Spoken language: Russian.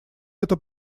это